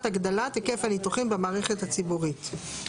הגדלת היקף הניתוחים במערכת הציבורית.